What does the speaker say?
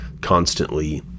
constantly